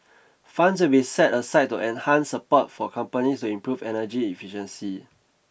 funds will be set aside to enhance support for companies to improve energy efficiency